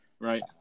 Right